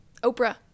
oprah